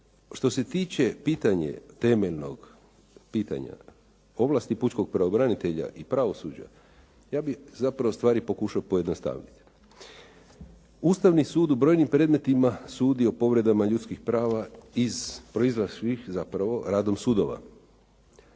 Što se tiče pitanja temeljnog ovlasti pučkog pravobranitelja i pravosuđa, ja bih zapravo stvari pokušao pojednostaviti. Ustavni sud u brojnim predmetima sudi o povredama ljudskih prava proizašlih zapravo radom sudova.